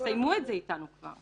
תסיימו את זה איתנו כבר.